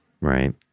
Right